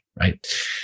right